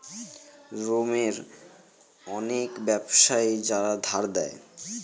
রোমের অনেক ব্যাবসায়ী যারা ধার দেয়